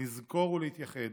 לזכור ולהתייחד,